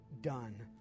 done